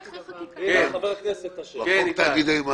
כן, איתי.